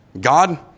God